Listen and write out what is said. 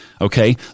okay